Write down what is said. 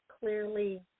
clearly